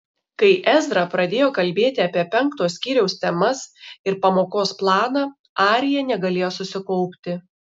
kai ezra pradėjo kalbėti apie penkto skyriaus temas ir pamokos planą arija negalėjo susikaupti